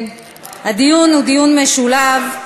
הדיון הוא דיון משולב.